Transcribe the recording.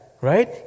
right